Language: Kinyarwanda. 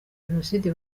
jenoside